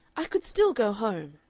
i could still go home!